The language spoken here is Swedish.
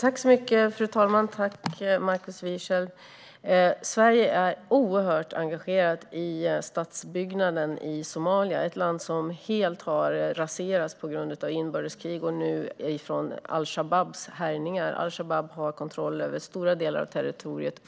Fru talman! Sverige är mycket engagerat i Somalias statsbyggande. Det är ett land som har raserats helt av inbördeskrig och av al-Shababs härjningar. al-Shabab har fortfarande kontroll över stora delar av territoriet.